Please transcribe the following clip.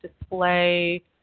display